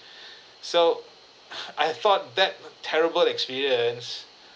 so I thought that uh terrible experience